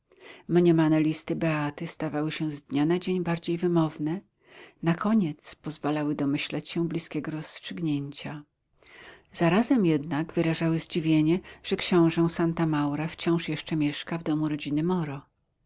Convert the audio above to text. łatwowiernym neapolitańczykiem mniemane listy beaty stawały się z dnia na dzień bardziej wymowne na koniec pozwalały domyślać się bliskiego rozstrzygnięcia zarazem jednak wyrażały zdziwienie że książę santa maura wciąż jeszcze mieszka w domu rodziny moro